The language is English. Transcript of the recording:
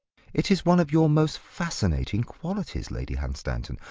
it is one of your most fascinating qualities, lady hunstanton.